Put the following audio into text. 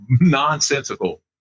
Nonsensical